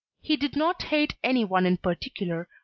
he did not hate any one in particular,